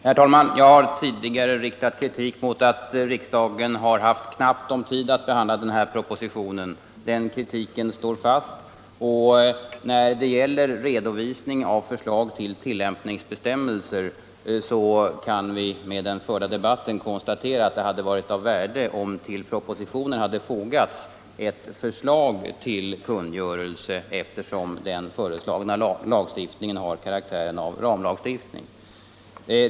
Herr talman! Jag har tidigare riktat kritik mot att riksdagen har haft knappt om tid att behandla den här propositionen. Den kritiken står fast. När det gäller redovisning av förslag till tillämpningsbestämmelser kan vi av den förda debatten konstatera att det hade varit av värde, om till propositionen hade fogats ett förslag till kungörelse, eftersom den föreslagna lagstiftningen har karaktären av ramlagstiftning.